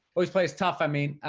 always plays tough. i mean,